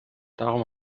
darum